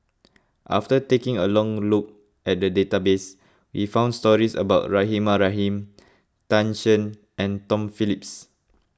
after taking a long look at the database we found stories about Rahimah Rahim Tan Shen and Tom Phillips